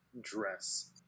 dress